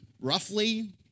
roughly